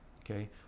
okay